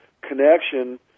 connection